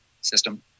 system